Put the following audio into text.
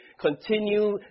continue